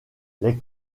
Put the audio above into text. les